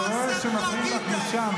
אני רואה שמפריעים לך משם,